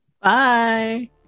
Bye